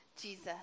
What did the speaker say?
Jesus